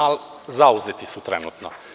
Uh, ali zauzeti su trenutno.